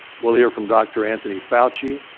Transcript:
we'll hear from dr. anthony fauci,